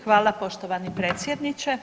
Hvala poštovani predsjedniče.